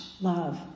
love